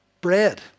bread